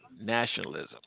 nationalism